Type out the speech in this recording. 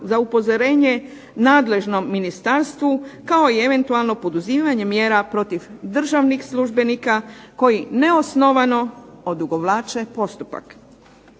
za upozorenje nadležnom Ministarstvu kao i eventualno poduzimanje mjera protiv državnih službenika koji neosnovano odugovlače postupak.